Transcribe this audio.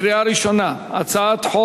21 בעד,